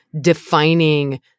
defining